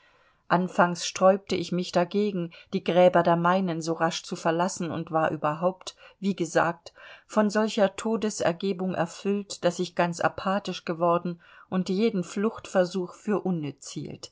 anfangs sträubte ich mich dagegen die gräber der meinen so rasch zu verlassen und war überhaupt wie gesagt von solcher todesergebung erfüllt daß ich ganz apathisch geworden und jeden fluchtversuch für unnütz